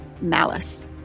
Malice